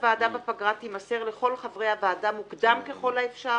הוועדות בפגרה תימסר לכל חברי הוועדה מוקדם ככל האפשר,